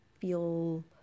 feel